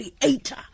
creator